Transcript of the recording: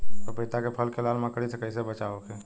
पपीता के फल के लाल मकड़ी से कइसे बचाव होखि?